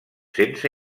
sense